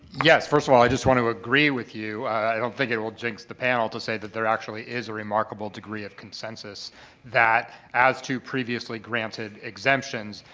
yes. first of all, i just want to agree with you. i don't think it'll jinx the panel to say that there actually is a remarkable degree of consensus that, as to previously granted exemptions,